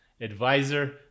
advisor